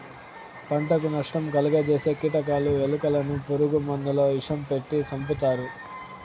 పంటకు నష్టం కలుగ జేసే కీటకాలు, ఎలుకలను పురుగు మందుల విషం పెట్టి సంపుతారు